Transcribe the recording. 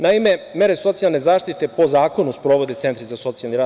Naime, mere socijalne zaštite po zakonu sprovode Centri za socijalni rad.